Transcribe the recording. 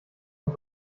und